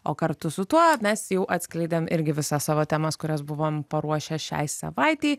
o kartu su tuo mes jau atskleidėm irgi visas savo temas kurias buvom paruošę šiai savaitei